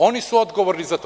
Oni su odgovorni za to.